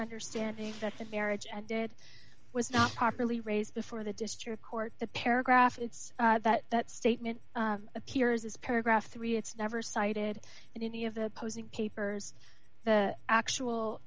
understanding that the marriage and did was not properly raised before the district court the paragraph it's that that statement appears as paragraph three it's never cited in any of the posing papers the actual